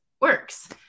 works